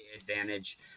Advantage